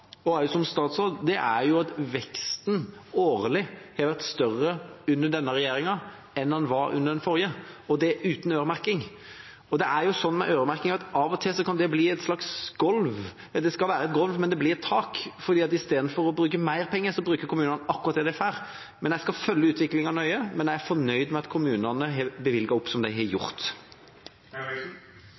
som statsråd, er at veksten årlig har vært større under denne regjeringa enn den var under den forrige – og det uten øremerking. Og det er sånn med øremerking at av og til kan den bli et slags golv. Den skal være et golv, men den blir et tak, for istedenfor å bruke mer penger bruker kommunene akkurat det de får. Jeg skal følge utviklingen nøye, men jeg er fornøyd med at kommunene har bevilget opp slik de har gjort.